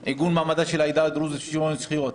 את עיגון מעמדה של העדה הדרוזית ושוויון זכויות.